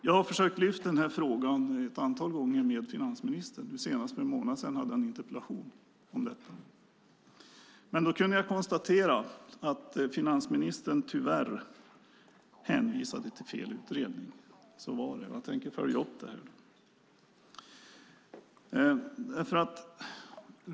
Jag har försökt lyfta den här frågan ett antal gånger med finansministern, senast för en månad sedan i en interpellation. Då kunde jag konstatera att finansministern tyvärr hänvisade till fel utredning. Så var det, och jag tänker följa upp det.